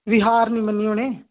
ਵੀ ਹਾਰ ਨਹੀਂ ਮੰਨੀ ਉਹਨੇ